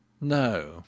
No